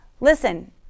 listen